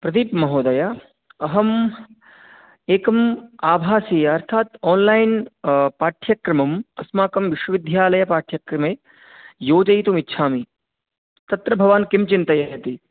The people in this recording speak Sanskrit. प्रदीप् महोदय अहम् एकम् आभासी अर्थात् आन्लाईन् पाठ्यक्रमम् अस्माकं विश्वविद्यालयपाठ्यक्रमे योजयितुम् इच्छामि तत्र भवान् किं चिन्तयति